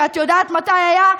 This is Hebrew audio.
שאת יודעת מתי היה?